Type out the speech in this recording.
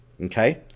Okay